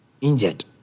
injured